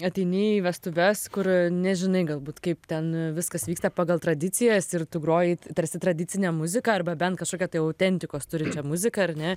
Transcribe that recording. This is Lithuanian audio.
ateini į vestuves kur nežinai galbūt kaip ten viskas vyksta pagal tradicijas ir tu groji tarsi tradicinę muziką arba bent kažkokią tai autentikos turinčią muziką ar ne